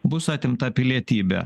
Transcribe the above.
bus atimta pilietybė